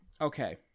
okay